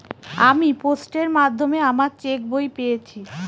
আমি পোস্টের মাধ্যমে আমার চেক বই পেয়েছি